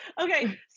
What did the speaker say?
Okay